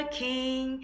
king